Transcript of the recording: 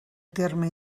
terme